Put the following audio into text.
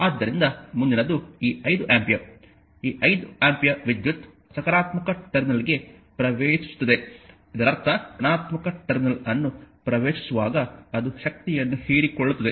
ಆದ್ದರಿಂದ ಮುಂದಿನದು ಈ 5 ಆಂಪಿಯರ್ ಈ 5 ಆಂಪಿಯರ್ ವಿದ್ಯುತ್ ಸಕಾರಾತ್ಮಕ ಟರ್ಮಿನಲ್ಗೆ ಪ್ರವೇಶಿಸುತ್ತದೆ ಇದರರ್ಥ ಧನಾತ್ಮಕ ಟರ್ಮಿನಲ್ ಅನ್ನು ಪ್ರವೇಶಿಸುವಾಗ ಅದು ಶಕ್ತಿಯನ್ನು ಹೀರಿಕೊಳ್ಳುತ್ತದೆ